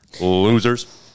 Losers